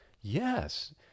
Yes